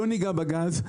לא ניגע בגז,